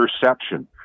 perception